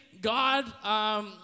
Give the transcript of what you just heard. God